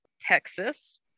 Texas